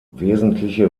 wesentliche